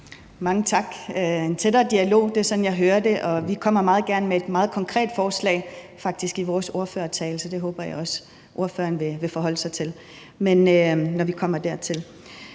Mange tak. En tættere dialog – det er sådan, jeg hører det, og vi kommer meget gerne med et meget konkret forslag. Vi gør det faktisk i vores ordførertale, så det håber jeg også ordføreren vil forholde sig til, når vi kommer dertil.